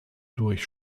durch